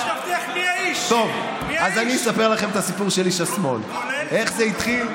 רק תבטיח: מי האיש, מי האיש, כולל זהותו.